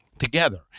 Together